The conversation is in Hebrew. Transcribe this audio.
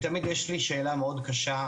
תמיד יש לי שאלה מאוד קשה,